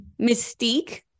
mystique